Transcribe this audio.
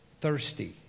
Thirsty